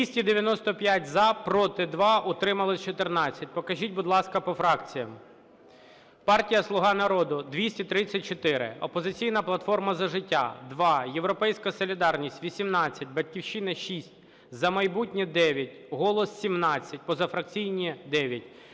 295 - за, проти – 2, утримались – 14. Покажіть, будь ласка, по фракціям. Партія "Слуга народу" – 234, "Опозиційна платформа - За життя" – 2, "Європейська солідарність" – 18, "Батьківщина" – 6, "За майбутнє" – 9, "Голос" – 17, позафракційні – 9.